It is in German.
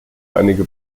einige